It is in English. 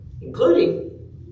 including